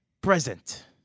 present